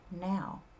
now